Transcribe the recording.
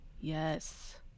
yes